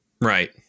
Right